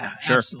sure